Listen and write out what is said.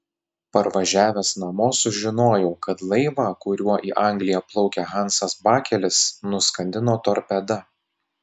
parvažiavęs namo sužinojau kad laivą kuriuo į angliją plaukė hansas bakelis nuskandino torpeda